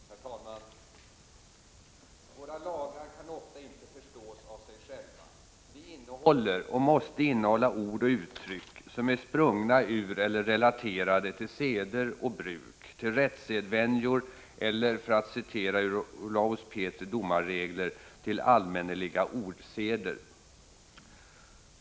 Herr talman! Våra lagar kan ofta inte förstås av sig själva. De måste innehålla ord och uttryck som är sprungna ur eller relaterade till seder och bruk, till rättssedvänjor eller — för att citera ur Olaus Petris domarregler — till allmänneliga ordseder.